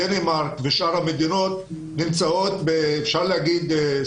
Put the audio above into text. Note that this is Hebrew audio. דנמרק ושאר המדינות אפשר לומר שהן נמצאות